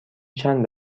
چند